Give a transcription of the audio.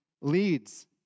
leads